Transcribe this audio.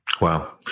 Wow